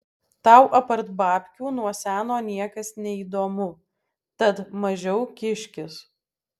tau apart babkių nuo seno niekas neįdomu tad mažiau kiškis